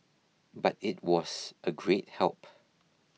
but it was a great help